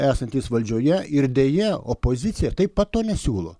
esantys valdžioje ir deja opozicija taip pat to nesiūlo